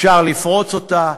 אפשר לפרוץ אותה,